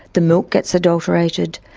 the milk gets adulterated,